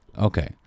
okay